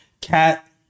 Cat